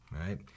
right